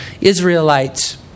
Israelites